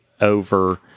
over